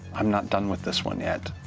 i'm not done with this one yet.